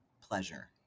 pleasure